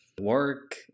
work